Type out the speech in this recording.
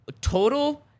total